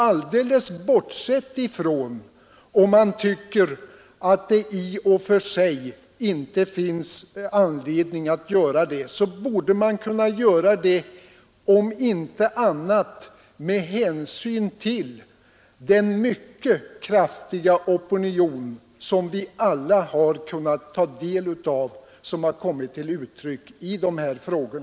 Alldeles bortsett från om man tycker att det i och för sig inte finns anledning att göra det, så borde man kunna göra det med hänsyn till den mycket kraftiga opinion som vi alla har kunnat ta del av och som har kommit till uttryck i dessa frågor.